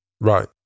Right